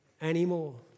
anymore